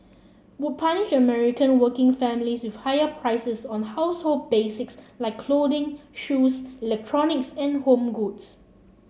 would punish American working families with higher prices on household basics like clothing shoes electronics and home goods